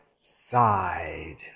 side